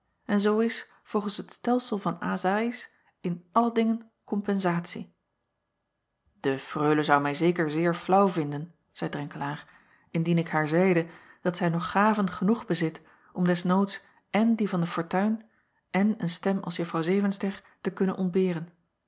en zoo is volgens het stelsel van zaïs in alle dingen kompensatie acob van ennep laasje evenster delen e reule zou mij zeker zeer flaauw vinden zeî renkelaer indien ik haar zeide dat zij nog gaven genoeg bezit om des noods èn die van de fortuin èn een stem als uffrouw evenster te kunnen ontberen